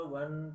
one